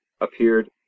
appeared